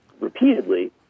repeatedly